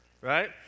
right